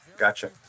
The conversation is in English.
Gotcha